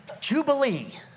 Jubilee